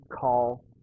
call